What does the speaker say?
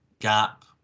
gap